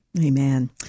Amen